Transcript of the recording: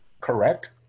correct